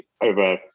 over